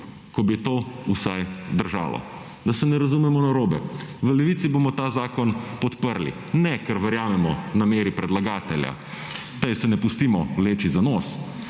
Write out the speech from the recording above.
Ko bi to vsaj držalo. Da se ne razumemo narobe. V Levici bomo ta zakon podprli, ne, ker verjamemo nameri predlagatelja, tej se ne pustimo vleči za nos,